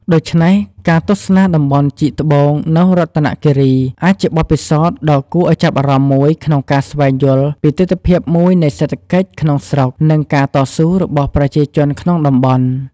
ដូច្នេះ ការទស្សនាតំបន់ជីកត្បូងនៅរតនគិរីអាចជាបទពិសោធន៍ដ៏គួរឱ្យចាប់អារម្មណ៍មួយក្នុងការស្វែងយល់ពីទិដ្ឋភាពមួយនៃសេដ្ឋកិច្ចក្នុងស្រុក និងការតស៊ូរបស់ប្រជាជនក្នុងតំបន់។